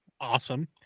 Awesome